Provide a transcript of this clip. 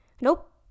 nope